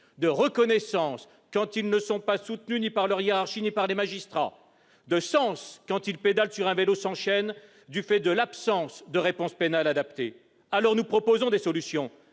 de reconnaissance, quand ils ne sont soutenus ni par leur hiérarchie ni par les magistrats ; de sens, quand ils pédalent sur un vélo sans chaîne, faute de réponse pénale adaptée. Nous proposons des solutions